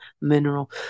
mineral